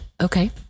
Okay